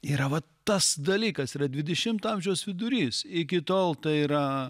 yra vat tas dalykas yra dvidešimto amžiaus vidurys iki tol tai yra